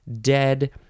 dead